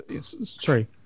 Sorry